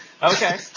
Okay